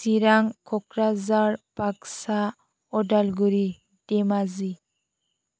Chirang Kokrajhar Baksa Udalguri Dhemaji